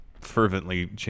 fervently